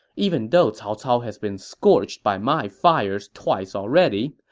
even though cao cao has been scorched by my fires twice already,